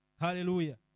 Hallelujah